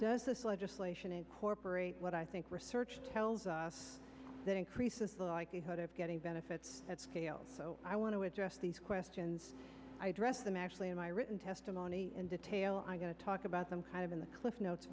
say legislation incorporate what i think research tells us that increases the likelihood of getting benefits at scale i want to address these questions i address them actually in my written testimony in detail i'm going to talk about them kind of in the cliff's notes